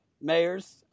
mayors